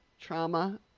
trauma